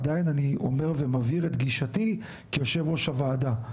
עדיין אני אומר ומבהיר את גישתי כיושב ראש הוועדה,